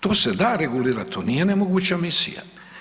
To se da regulirati, to nije nemoguća misija.